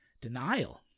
Denial